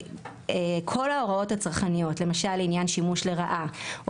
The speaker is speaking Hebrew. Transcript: כל ההוראות הצרכניות למשש עניין שימוש לרעה,